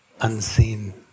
unseen